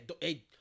hey